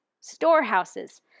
storehouses